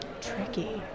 Tricky